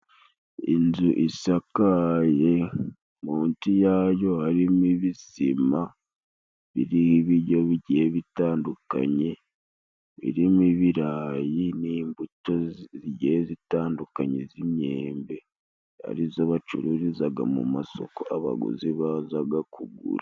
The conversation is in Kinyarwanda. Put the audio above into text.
Inzu isakaye munsi yayo harimo ibisima biriho ibiryo bigiye bitandukanye, birimo ibirayi n'imbuto zigiye zitandukanye z'imyembe, arizo bacururizaga mu masoko abaguzi bazaga kugura.